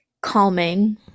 calming